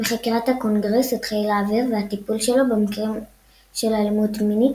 מחקירת הקונגרס את חיל האוויר והטיפול שלו במקרים של אלימות מינית,